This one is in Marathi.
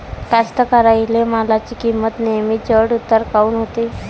कास्तकाराइच्या मालाची किंमत नेहमी चढ उतार काऊन होते?